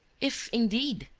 if, indeed,